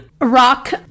Rock